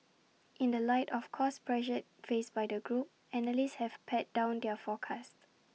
in the light of cost pressures faced by the group analysts have pared down their forecasts